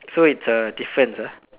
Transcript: so it's a difference ah